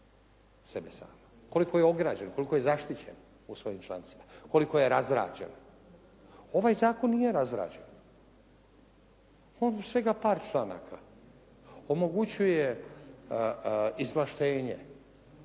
koliko je ograđen, koliko je zaštićen u svojim člancima, koliko je razrađen. Ovaj zakon nije razrađen, on u svega par članaka omogućuje izvlaštenje